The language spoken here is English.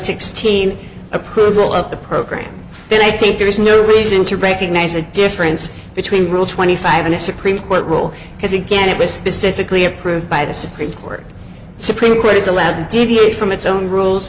sixteen approval of the program and i think there is no reason to recognize the difference between rule twenty five and a supreme court rule because again it was specifically approved by the supreme court supreme court is allowed to deviate from its own rules